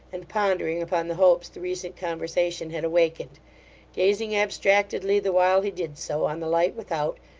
and pondering upon the hopes the recent conversation had awakened gazing abstractedly, the while he did so, on the light without,